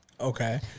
Okay